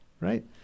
right